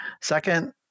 second